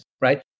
right